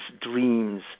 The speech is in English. dreams